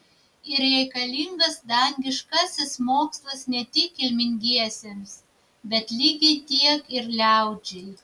yr reikalingas dangiškasis mokslas ne tik kilmingiesiems bet lygiai tiek ir liaudžiai